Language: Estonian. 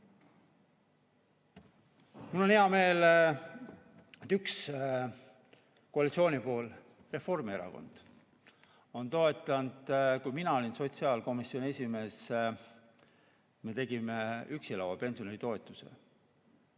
Mul on hea meel, et üks koalitsioonipool, Reformierakond, on toetanud. Kui mina olin sotsiaalkomisjoni esimees, me tegime üksi elava pensionäri toetuse